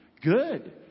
Good